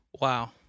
Wow